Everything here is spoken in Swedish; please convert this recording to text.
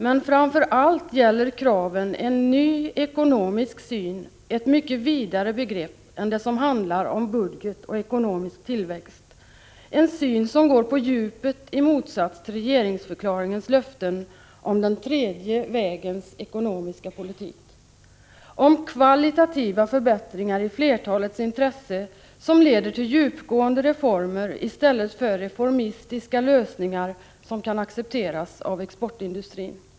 Men framför allt gäller kraven en ny ekonomisk syn — ett mycket vidare begrepp än det som handlar om budget och ekonomisk tillväxt — som går på djupet i motsats till regeringsförklaringens löften om den tredje vägens ekonomiska politik, om kvalitativa förbättringar i flertalets intresse som leder till djupgående reformer i stället för reformistiska lösningar som kan accepteras av exportindustrin.